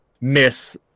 miss